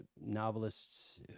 novelists